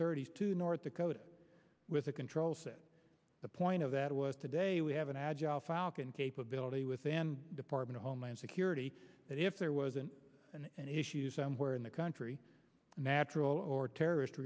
thirty two north dakota with the control center the point of that was today we have an agile falcon capability within the department of homeland security that if there wasn't an issue somewhere in the country natural or terrorist